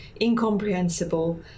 incomprehensible